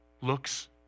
looks